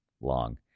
long